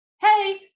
Hey